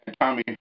Tommy